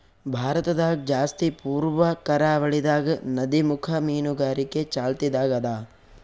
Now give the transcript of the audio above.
ಭಾರತದಾಗ್ ಜಾಸ್ತಿ ಪೂರ್ವ ಕರಾವಳಿದಾಗ್ ನದಿಮುಖ ಮೀನುಗಾರಿಕೆ ಚಾಲ್ತಿದಾಗ್ ಅದಾ